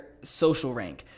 SocialRank